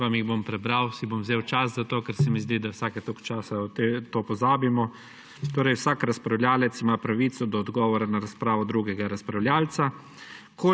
Vam jih bom prebral. Si bom vzel čas za to, ker se mi zdi, da vsake toliko časa to pozabimo. Torej vsak razpravljavec ima pravico do odgovora na razpravo drugega razpravljavca,